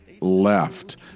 left